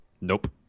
Nope